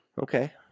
Okay